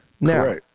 Now